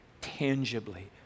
tangibly